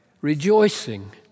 rejoicing